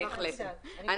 אם